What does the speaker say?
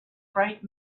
bright